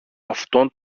αυτόν